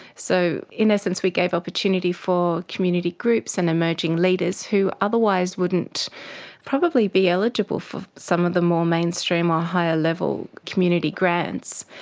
so in essence we gave opportunity for community groups and emerging leaders who otherwise wouldn't probably be eligible for some of the more mainstream or higher level community grants,